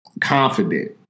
Confident